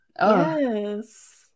yes